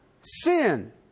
sin